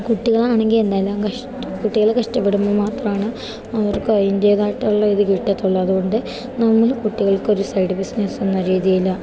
കുട്ടികളാണെങ്കിൽ എന്തെല്ലാം കഷ്ട കുട്ടികൾ കഷ്ടപ്പെടുമ്പോൾ മാത്രമാണ് അവർക്ക് അതിൻറ്റേതായിട്ടുള്ള ഒരിത് കിട്ടത്തുളളൂ അതുകൊണ്ട് നമ്മൾ കുട്ടികൾക്കൊരു സൈഡ് ബിസിനസ്സ് എന്ന രീതിയിൽ